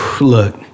look